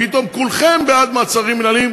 פתאום כולכם בעד מעצרים מינהליים,